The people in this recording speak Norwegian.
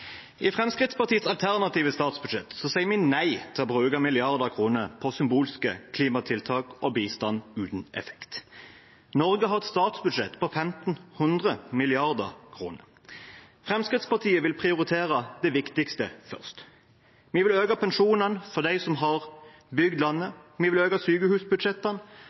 I Fremskrittspartiets alternative statsbudsjett sier vi nei til å bruke milliarder av kroner på symbolske klimatiltak og bistand uten effekt. Norge har et statsbudsjett på 1 500 mrd. kr. Fremskrittspartiet vil prioritere det viktigste først. Vi vil øke pensjonene for dem som har bygd landet. Vi vil øke sykehusbudsjettene.